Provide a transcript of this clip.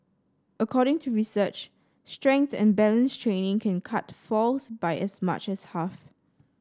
according to research strength and balance training can cut falls by as much as half